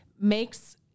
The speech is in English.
makes